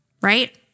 right